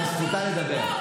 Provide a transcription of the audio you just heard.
גם זכותה לדבר.